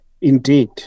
Indeed